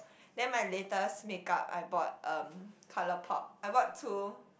then my latest makeup I bought um Colorpop I bought two